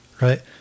right